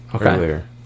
earlier